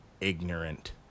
ignorant